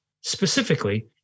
specifically